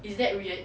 is that weird